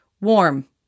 warm